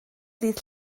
ddydd